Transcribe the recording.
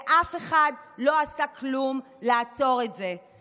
ואף אחד לא עשה כלום כדי לעצור את זה.